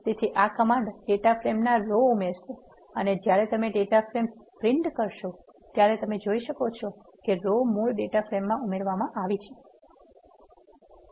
તેથી આ command data ફ્રેમમાં રો ઉમેરશે અને જ્યારે તમે ડેટા ફ્રેમ છાપો છો ત્યારે તમે જોઈ શકો છો કે રો મૂળ ડેટા ફ્રેમમાં ઉમેરવામાં આવી છે